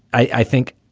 i think,